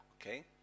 Okay